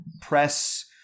press